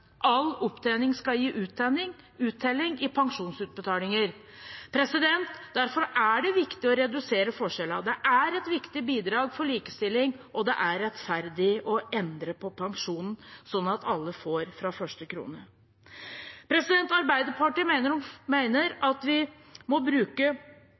all opptjening skal gi uttelling i pensjonsutbetalinger. Derfor er det viktig å redusere forskjellene. Det er et viktig bidrag til likestilling, og det er rettferdig å endre på pensjonen, sånn at alle får fra første krone. Arbeiderpartiet mener at vi må bruke